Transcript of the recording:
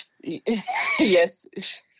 Yes